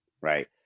Right